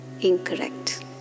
incorrect